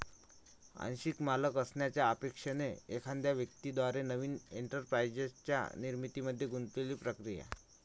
आंशिक मालक असण्याच्या अपेक्षेने एखाद्या व्यक्ती द्वारे नवीन एंटरप्राइझच्या निर्मितीमध्ये गुंतलेली प्रक्रिया